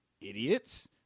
idiots